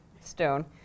stone